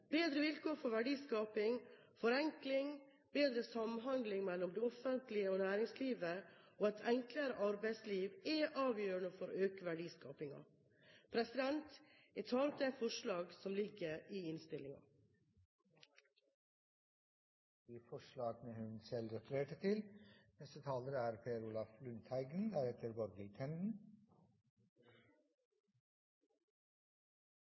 Bedre vilkår for verdiskaping, forenkling, bedre samhandling mellom det offentlige og næringslivet og et enklere arbeidsliv er avgjørende for å øke verdiskapingen. Jeg tar opp forslaget, som ligger i innstillingen. Representanten Rigmor Andersen Eide har tatt opp det forslag hun refererte til.